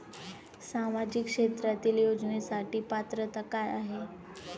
सामाजिक क्षेत्रांतील योजनेसाठी पात्रता काय आहे?